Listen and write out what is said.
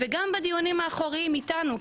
וגם בדיונים האחוריים איתנו,